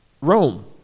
Rome